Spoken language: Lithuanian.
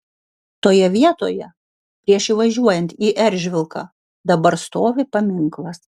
toje vietoje prieš įvažiuojant į eržvilką dabar stovi paminklas